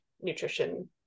nutrition